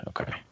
Okay